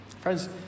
Friends